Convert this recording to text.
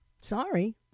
Sorry